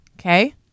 Okay